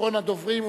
אחרון הדוברים,